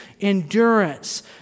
endurance